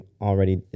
already